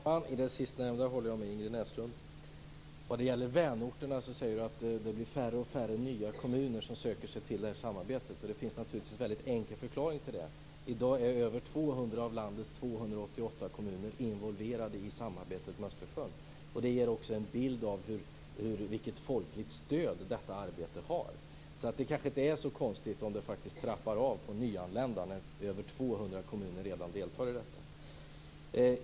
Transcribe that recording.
Fru talman! I det sistnämnda håller jag med Ingrid Vad gäller vänorterna säger Ingrid Näslund att det blir allt färre nya kommuner som söker sig till det här samarbetet. Det finns en mycket enkel förklaring till det. I dag är över 200 av landets 288 kommuner involverade i samarbetet med Östersjön. Det ger också en bild av vilket folkligt stöd detta arbete har. Det kanske inte är så konstigt om det trappar av på nyanlända, när över 200 kommuner redan deltar i detta.